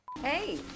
Hey